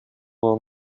will